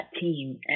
team